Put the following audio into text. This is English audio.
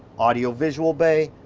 audio-visual bay,